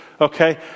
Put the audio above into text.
Okay